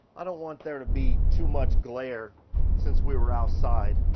i don't want there to be too much glare since we were outside.